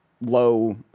low